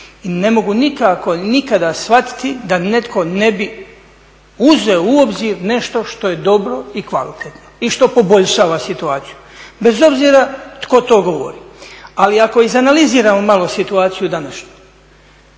I ne mogu nikako nikada shvatiti da netko ne bi uzeo u obzir nešto što je dobro i kvalitetno i što poboljšava situaciju, bez obzira tko to govori. Ali ako izanaliziramo malo situaciju današnju,